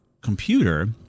computer